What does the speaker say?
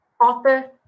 author